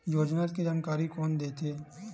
योजना के जानकारी कोन दे थे?